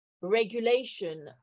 regulation